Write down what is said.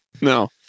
No